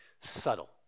Subtle